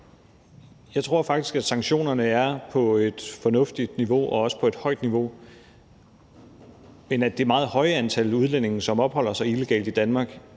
Jeg tror faktisk, at sanktionerne er på et fornuftigt niveau, og også på et højt niveau. Det meget høje antal udlændinge, som opholder sig illegalt i Danmark,